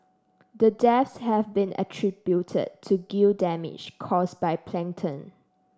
the deaths have been attributed to gill damage cause by plankton